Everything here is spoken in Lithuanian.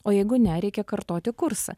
o jeigu ne reikia kartoti kursą